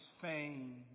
fame